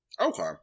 Okay